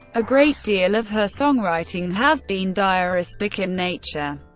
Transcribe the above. a great deal of her songwriting has been diaristic in nature.